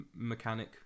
mechanic